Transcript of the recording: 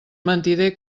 mentider